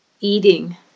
eating